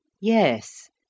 Yes